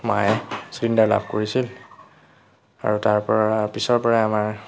মায়ে চিলিণ্ডাৰ লাভ কৰিছিল আৰু তাৰপৰা পিছৰ পৰাই আমাৰ